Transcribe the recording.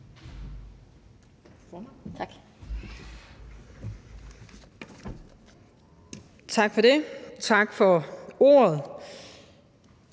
Tak for det, tak for ordet.